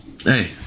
hey